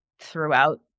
throughout